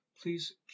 Please